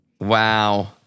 Wow